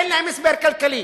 אין להם הסבר כלכלי.